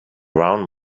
round